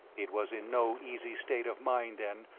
it was in no easy state of mind, then,